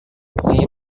saya